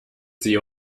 sie